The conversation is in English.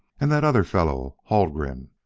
and that other fellow, haldgren